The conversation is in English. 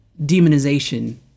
demonization